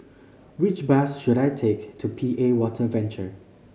which bus should I take to P A Water Venture